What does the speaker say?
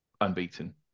unbeaten